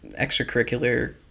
extracurricular